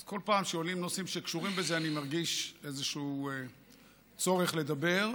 אז כל פעם שעולים נושאים שקשורים בזה אני מרגיש צורך לדבר.